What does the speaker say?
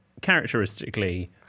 characteristically